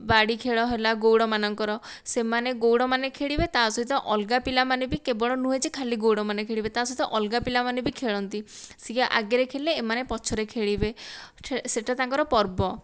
ବାଡ଼ି ଖେଳ ହେଲା ଗଉଡ଼ ମାନଙ୍କର ସେମାନେ ଗଉଡ଼ ମାନେ ଖେଳିବେ ତା ସହିତ ଅଲଗା ପିଲା ମାନେ ବି କେବଳ ନୁହେଁ ଯେ ଖାଲି ଗଉଡ଼ ମାନେ ଖେଳିବେ ତା ସହିତ ଅଲଗା ପିଲାମାନେ ବି ଖେଳନ୍ତି ସିଏ ଆଗରେ ଖେଳିଲେ ଏମାନେ ପଛରେ ଖେଳିବେ ସେଟା ତାଙ୍କର ପର୍ବ